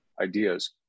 ideas